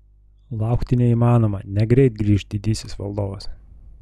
laukti neįmanoma negreit grįš didysis valdovas